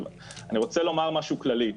אני רוצה לומר משהו כללי.